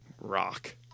Rock